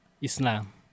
Islam